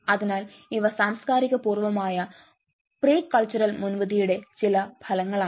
അതിനാൽ ഇവ സാംസ്കാരിക പൂർവമായ പ്രീ കൾച്ചറൽ മുൻവിധിയുടെ ചില ഫലങ്ങളാണ്